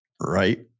Right